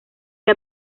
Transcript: que